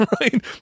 right